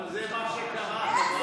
אבל זה מה שקרה, חברת הכנסת גוטליב.